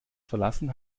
verlassen